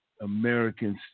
Americans